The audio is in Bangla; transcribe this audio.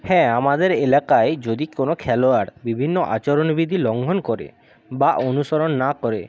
হ্যাঁ আমাদের এলাকায় যদি কোনও খেলোয়াড় বিভিন্ন আচরণবিধি লঙ্ঘন করে বা অনুসরণ না করে